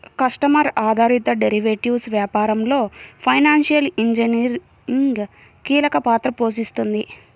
customer ఆధారిత derivatives వ్యాపారంలో financial engineering కీలక పాత్ర పోషిస్తుంది